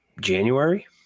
January